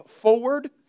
forward